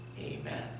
amen